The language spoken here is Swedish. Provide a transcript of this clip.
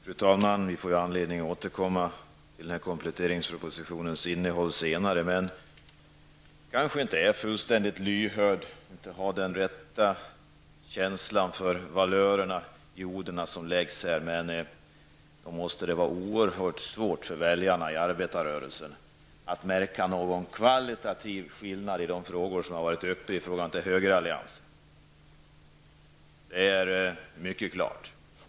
Fru talman! Vi får ju anledning att återkomma till den här kompletteringspropositionens innehåll senare. Jag kanske inte är fullständigt lyhörd och kanske inte har den rätta känslan för valörerna i de ord som sägs här, men nog måste det vara oerhört svårt för arbetarrörelsens väljare att, i de frågor som varit uppe, märka någon kvalitativ skillnad i förhållande till högeralliansen. Det är mycket klart.